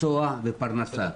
מקצוע ופרנסה.